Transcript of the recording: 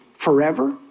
forever